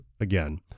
Again